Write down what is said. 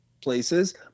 places